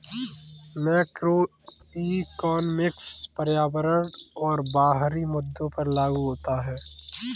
macroeconomics पर्यावरण और बाहरी मुद्दों पर लागू होता है